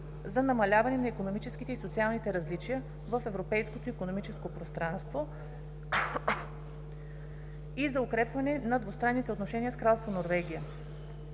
за намаляване на икономическите и социалните различия в европейското икономическо пространство и за укрепване на двустранните отношения с Кралство Норвегия.